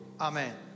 Amen